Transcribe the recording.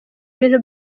ibintu